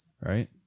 right